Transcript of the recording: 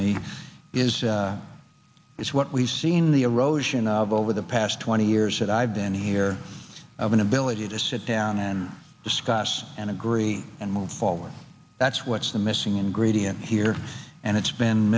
me is it's what we've seen the erosion of over the past twenty years that i've been here of an ability to sit down and discuss and agree and move forward that's what's the missing ingredient here and it's been